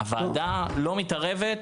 הוועדה לא מתערבת,